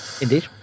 indeed